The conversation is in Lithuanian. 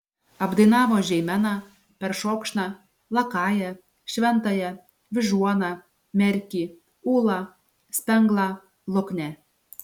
apdainavo žeimeną peršokšną lakają šventąją vyžuoną merkį ūlą spenglą luknę